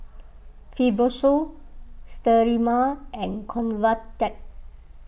Fibrosol Sterimar and Convatec